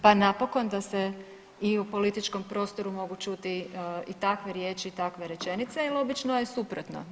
Pa napokon da se i u političkom prostoru mogu čuti i takve riječi i takve rečenice jer obično je suprotno.